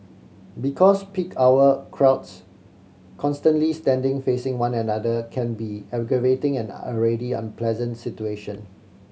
because peak hour crowds constantly standing facing one another can be aggravating and already unpleasant situation